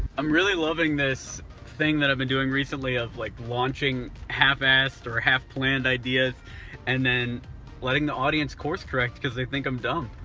i'm really loving this thing that i've been doing recently of like launching half-assed or half-planned ideas and then letting the audience course correct cause they think i'm dumb.